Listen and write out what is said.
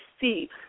see